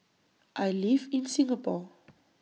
I live in Singapore